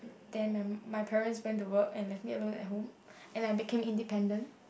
then my my parents went to work and left me alone at home and I became independent